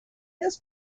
his